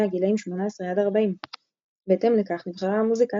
הגילאים 18 עד 40. בהתאם לכך נבחרה המוזיקה,